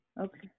Okay